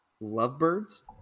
Lovebirds